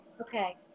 Okay